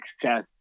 success